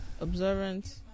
observant